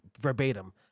verbatim